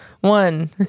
One